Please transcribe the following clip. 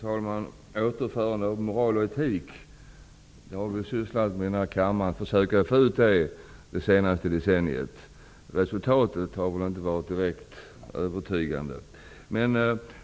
Fru talman! Återinförande av moral och etik är ett budskap som vi i denna kammare har försökt att få ut under det senaste decenniet. Resultatet har väl inte varit direkt övertygande.